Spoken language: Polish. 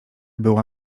była